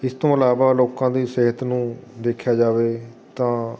ਇਸ ਤੋਂ ਇਲਾਵਾ ਲੋਕਾਂ ਦੀ ਸਿਹਤ ਨੂੰ ਦੇਖਿਆ ਜਾਵੇ ਤਾਂ